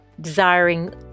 desiring